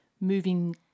moving